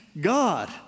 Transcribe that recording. God